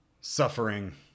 suffering